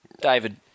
David